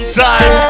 time